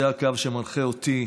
זה הקו שמנחה אותי,